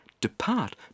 Depart